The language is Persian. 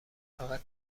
فقط